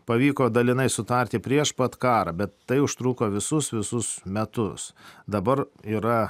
pavyko dalinai sutarti prieš pat karą bet tai užtruko visus visus metus dabar yra